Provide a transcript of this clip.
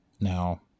Now